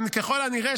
ככל הנראה,